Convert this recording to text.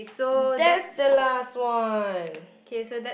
that's the last one